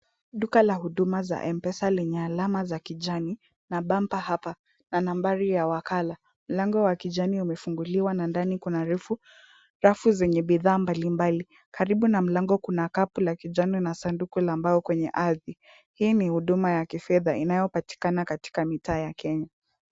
Duka la huduma za M-Pesa lenye alama za kijani na Bamba hapa na nambari ya wakala. Mlango wa kijani umefunguliwa na ndani kuna rafu zenye bidhaa mbalimbali. Karibu na mlango kuna kapu la kijani na sanduku la mbao kwenye ardhi. Hii ni huduma ya kifedha inayopatikana katika mitaa ya Kenya.